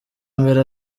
mbere